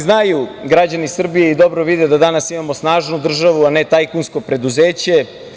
Znaju građani Srbije i dobro vide da danas imamo snažnu državu, a ne tajkunsko preduzeće.